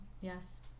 Yes